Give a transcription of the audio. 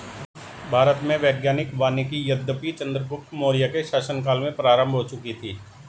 भारत में वैज्ञानिक वानिकी यद्यपि चंद्रगुप्त मौर्य के शासन काल में प्रारंभ हो चुकी थी